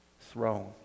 throne